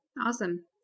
Awesome